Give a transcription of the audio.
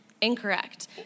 Incorrect